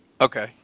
Okay